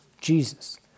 Jesus